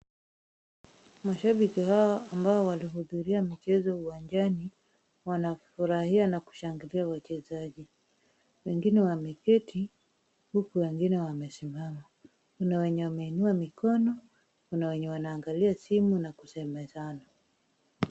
Mashabiki hawa ambao walihudhuria michezo uwanjani, wanafurahia na kushangilia wachezaji. Wengine wameketi, huku wengine wamesimama. Kuna wenye wameinua mikono na kuna wengine wanaangalia simu na kusemezana.